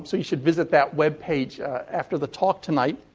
um so you should visit that web page after the talk tonight.